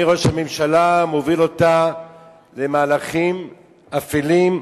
ראש הממשלה מוביל אותה למהלכים אפלים,